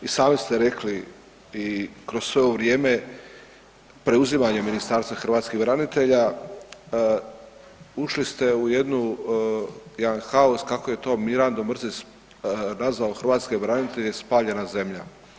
I sami ste rekli i kroz sve ovo vrijeme preuzimanjem Ministarstva hrvatskih branitelja ušli ste u jednu, jedan haos kako je to Mirando Mrsić nazvao hrvatske branitelje „spaljena zemlja“